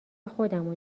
خودمو